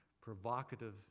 provocative